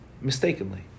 mistakenly